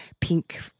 pink